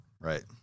Right